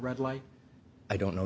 red light i don't know